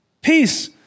peace